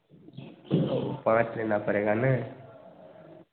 पाँच लेना पड़ेगा ना